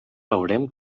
veurem